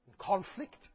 conflict